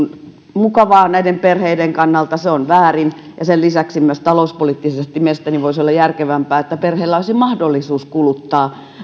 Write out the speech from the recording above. mukavaa näiden perheiden kannalta se on väärin ja sen lisäksi myös talouspoliittisesti mielestäni voisi olla järkevämpää että perheellä olisi mahdollisuus kuluttaa